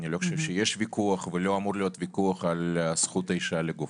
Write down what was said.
אני לא חושב שיש ויכוח ולא אמור להיות ויכוח על זכות האישה על גופה.